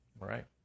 Right